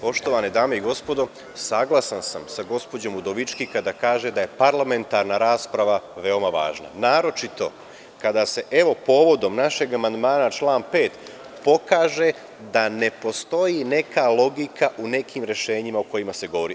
Poštovane dame i gospodo, saglasan sam sa gospođom Udovički kada kaže da je parlamentarna rasprava veoma važna, naročito kada se povodom našeg amandmana na član 5. pokaže da ne postoji neka logika u nekim rešenjima o kojima se govori.